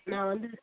நான் வந்து